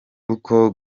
uko